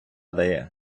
дає